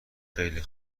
خیلی